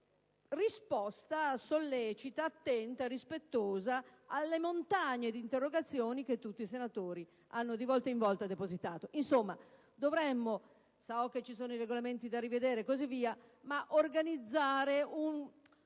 - una risposta sollecita, attenta e rispettosa alle montagne di interrogazioni che tutti i senatori hanno, di volta in volta, depositato. Insomma, so che vi sono i Regolamenti da rivedere e così via, ma dovremmo organizzare un